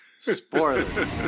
spoilers